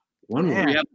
One